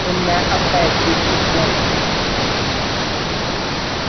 होर में हफ्ता इक दी छुट्टी लैनी ही